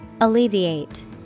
Alleviate